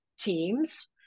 teams